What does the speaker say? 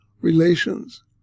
relations